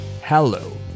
Hello